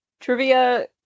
Trivia